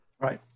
Right